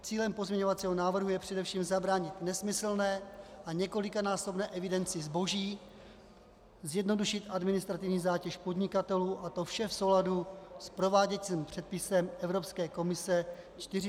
Cílem pozměňovacího návrhu je především zabránit nesmyslné a několikanásobné evidenci zboží, zjednodušit administrativní zátěž podnikatelů a to vše v souladu s prováděcím předpisem Evropské komise 436/2009 Sb.